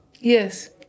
yes